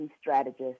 strategist